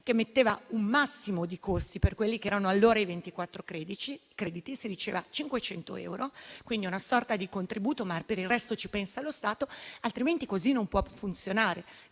che metteva un massimo di costi per quelli che erano allora i 24 crediti, che era fissato in 500 euro - una sorta di contributo, ma per il resto ci pensa lo Stato - altrimenti così non può funzionare.